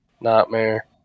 nightmare